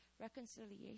Reconciliation